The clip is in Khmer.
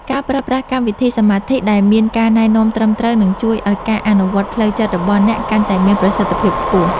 ការប្រើប្រាស់កម្មវិធីសមាធិដែលមានការណែនាំត្រឹមត្រូវនឹងជួយឱ្យការអនុវត្តផ្លូវចិត្តរបស់អ្នកកាន់តែមានប្រសិទ្ធភាពខ្ពស់។